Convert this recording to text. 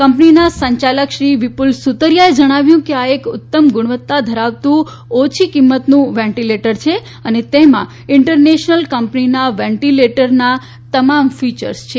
કંપનીના સંચાલક શ્રી વિપુલ સુતરિયાએ જણાવ્યું હતું કે આ એક ઉત્તમ ગુણવત્તા ધરાવતું ઓછી કિંમતનું વેન્ટિલેટર છે અને તેમાં ઇન્ટરનેશનલ કંપનીના વેન્ટિલેર જેવા તમામ ફીચર્સ છે